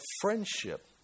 friendship